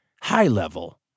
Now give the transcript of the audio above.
high-level